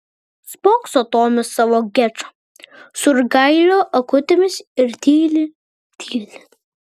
spokso tomis savo gečo surgailio akutėmis ir tyli tyli